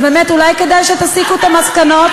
אז באמת אולי כדאי שתסיקו את המסקנות.